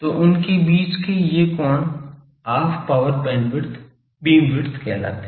तो उनके बीच के ये कोण हाफ पावर बीमविड्थ कहलाते है